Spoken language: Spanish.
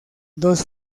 dos